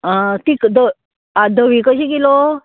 आं तीं ध धवीं कशी किलो